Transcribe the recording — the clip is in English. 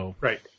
Right